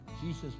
Jesus